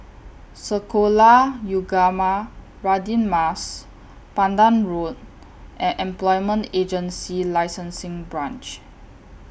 Sekolah Ugama Radin Mas Pandan Road and Employment Agency Licensing Branch